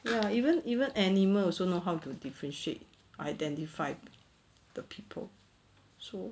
ya even even animal also know how to differentiate identify the people so